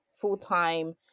full-time